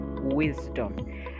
wisdom